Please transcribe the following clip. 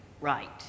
right